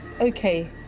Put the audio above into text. Okay